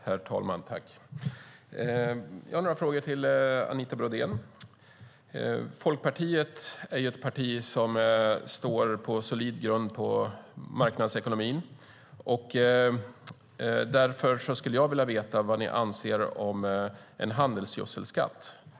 Herr talman! Jag har några frågor till Anita Brodén. Folkpartiet är ett parti som står på solid grund på marknadsekonomin. Därför skulle jag vilja veta vad ni anser om en handelsgödselskatt.